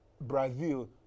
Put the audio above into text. Brazil